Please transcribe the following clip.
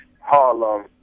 Harlem